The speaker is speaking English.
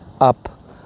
up